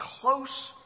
close